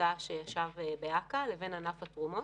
הת"ש שישב באכ"א לבין ענף התרומות.